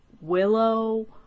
willow